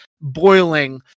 boiling